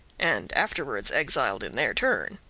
and afterwards exiled in their turn.